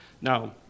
Now